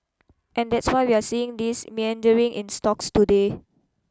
and that's why we're seeing this meandering in stocks today